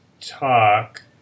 talk